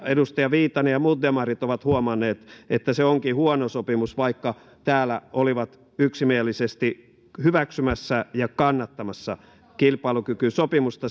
edustaja viitanen ja muut demarit ovat huomanneet että se onkin huono sopimus vaikka täällä olivat yksimielisesti hyväksymässä ja kannattamassa kilpailukykysopimusta